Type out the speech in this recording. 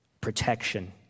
protection